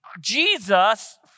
Jesus